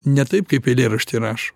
ne taip kaip eilėraštį rašo